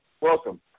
Welcome